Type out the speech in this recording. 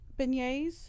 beignets